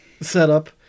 setup